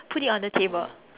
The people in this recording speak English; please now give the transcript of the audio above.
put it on the table